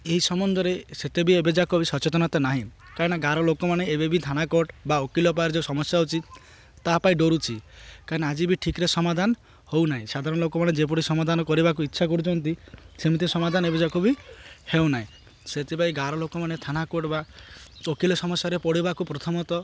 ଏହି ସମ୍ବନ୍ଧରେ ସେତେବି ଏବେଯାକ ବି ସଚେତନତା ନାହିଁ କାହିଁକନା ଗାଁର ଲୋକମାନେ ଏବେ ବି ଥାନା କୋର୍ଟ୍ ବା ଓକିଲ ପାଖରେ ଯେଉଁ ସମସ୍ୟା ହେଉଛି ତା ପାଇଁ ଡରୁଛି କାହିଁକନା ଆଜି ବି ଠିକ୍ରେ ସମାଧାନ ହଉନାହିଁ ସାଧାରଣ ଲୋକମାନେ ଯେପରି ସମାଧାନ କରିବାକୁ ଇଚ୍ଛା କରୁଛନ୍ତି ସେମିତି ସମାଧାନ ଏବେ ଯାକ ବି ହେଉନାହିଁ ସେଥିପାଇଁ ଗାଁର ଲୋକମାନେ ଥାନା କୋଟ୍ ବା ଓକିଲ ସମସ୍ୟାରେ ପଡ଼ିବାକୁ ପ୍ରଥମତଃ